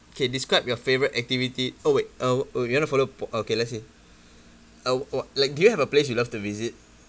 okay describe your favourite activity oh wait uh oh you want to follow okay let's see uh what like do you have a place you love to visit